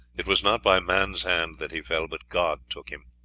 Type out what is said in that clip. it was not by man's hand that he fell, but god took him.